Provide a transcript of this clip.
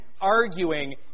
arguing